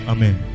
Amen